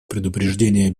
предупреждения